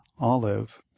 Olive